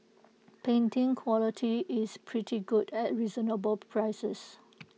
printing quality is pretty good at reasonable prices